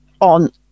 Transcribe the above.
on